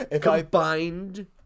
Combined